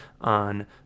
on